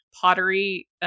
Pottery